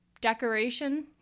decoration